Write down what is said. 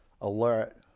alert